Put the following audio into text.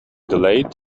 delayed